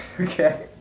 Okay